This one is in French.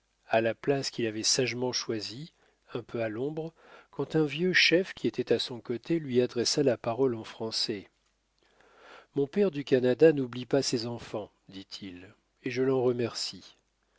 à la place qu'il avait sagement choisie un peu à l'ombre quand un vieux chef qui était à son côté lui adressa la parole en français mon père du canada n'oublie pas ses enfants dit-il et je l'en remercie